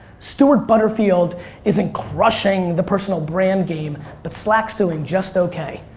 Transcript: stewart butterfield isn't crushing the personal brand game but slack's doing just okay.